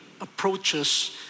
approaches